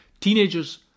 Teenagers